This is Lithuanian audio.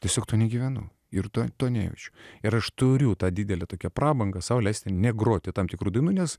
tiesiog tu negyvenu ir tu to nejaučiu ir aš turiu tą didelę tokią prabangą sau leisti negroti tam tikrų dainųnes